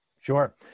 Sure